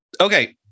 Okay